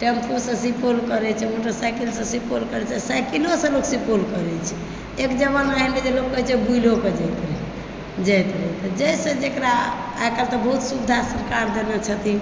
टेम्पोसँ सुपौल करै छै मोटर साइकिलसँ सुपौल करै छै साइकिलोसँ लोक सुपौल करै छै एक जमाना एहन रहै लोक कहै छै बुलिओ कऽ जाइत रहै तऽ जाहिसँ जकरा तऽ आइकाल्हि तऽ बहुत सुविधा सरकार देने छथिन